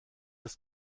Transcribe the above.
des